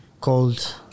called